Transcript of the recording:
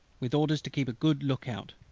with orders to keep a good look-out.